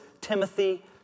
Timothy